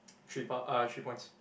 three part uh three points